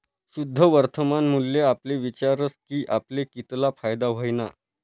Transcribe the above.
शुद्ध वर्तमान मूल्य आपले विचारस की आपले कितला फायदा व्हयना